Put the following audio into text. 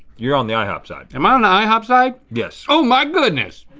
you're on the ihop side. am i on the ihop side? yes. oh my goodness.